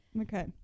okay